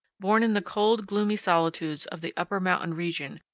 born in the cold, gloomy solitudes of the upper mountain region,